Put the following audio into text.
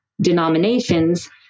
denominations